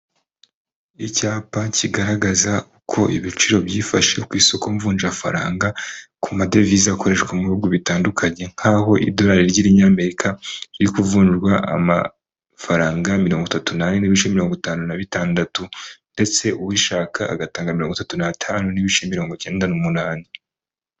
Icyapa kigaragaza uko ibiciro byifashe ku isoko mvunjafaranga ku madevize akoreshwa mu bihugu bitandukanye nk'aho idolari ry'iinyamerika riri kuvunrwafaranga 34.56 ndetse urishaka agatanga 35.98 .